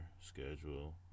schedule